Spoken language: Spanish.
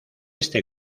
este